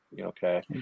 okay